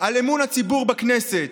ובאמון הציבור בכנסת,